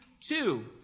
two